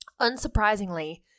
Unsurprisingly